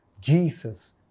Jesus